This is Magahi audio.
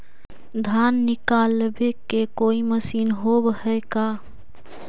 धान निकालबे के कोई मशीन होब है का?